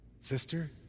sister